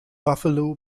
buffalo